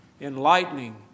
enlightening